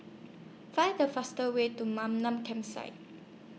Find The faster Way to Campsite